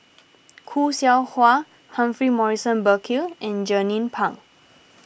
Khoo Seow Hwa Humphrey Morrison Burkill and Jernnine Pang